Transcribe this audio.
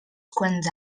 quants